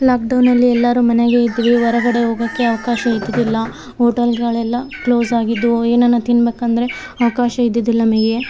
ಲಾಕ್ಡೌನಲ್ಲಿ ಎಲ್ಲರು ಮನೆಯಾಗೆ ಇದ್ವಿ ಹೊರಗಡೆ ಹೋಗೋಕೆ ಅವಕಾಶ ಇದ್ದಿದ್ದಿಲ್ಲ ಹೋಟೆಲ್ಗಳೆಲ್ಲ ಕ್ಲೋಸ್ ಆಗಿದ್ವು ಏನನ ತಿನ್ಬೇಕಂದರೆ ಅವಕಾಶ ಇದ್ದಿದ್ದಿಲ್ಲ ನಮಗೆ